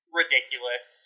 ridiculous